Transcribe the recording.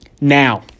Now